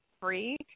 free